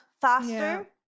faster